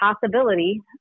possibility